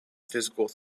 physical